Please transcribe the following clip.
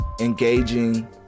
engaging